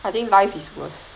I think life is worse